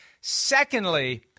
Secondly